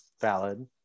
Valid